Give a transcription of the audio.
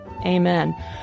Amen